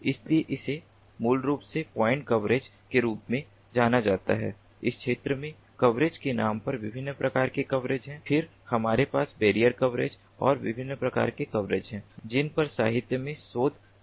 इसलिए इसे मूल रूप से पॉइंट कवरेज के रूप में जाना जाता है इस क्षेत्र में कवरेज के नाम पर विभिन्न प्रकार के कवरेज हैं फिर हमारे पास बैरियर कवरेज और विभिन्न प्रकार के कवरेज हैं जिन पर साहित्य में शोध किया गया है